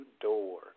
door